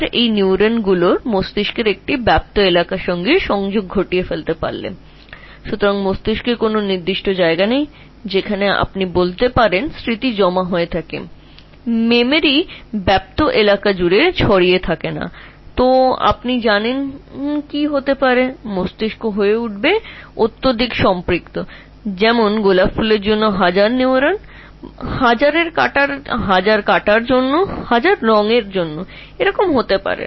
এই নিউরনগুলি একবার মস্তিষ্কে বিস্তৃত অঞ্চলে সংযোগ স্থাপন করলে মস্তিষ্কের কোনও নির্দিষ্ট ক্ষেত্র নেই যেখানে তুমি বলতে পার যে এখানে স্মৃতি রক্ষিত আছে স্মৃতিটি একটি বিস্তৃত অঞ্চলে ছড়িয়ে আছে অন্যথায় তুমি জান কী ঘটবে মস্তিষ্ক over saturated হবে যেমন গোলাপের জন্য 1000 নিউরন কাঁটার জন্য হাজার রঙের জন্য হাজার এটি ঘটবে না